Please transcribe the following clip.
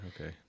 Okay